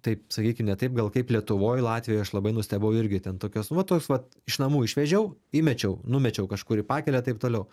taip sakykim ne taip gal kaip lietuvoj latvijoj aš labai nustebau irgi ten tokios nu vat toks vat iš namų išvežiau įmečiau numečiau kažkur į pakelę taip toliau